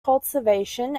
cultivation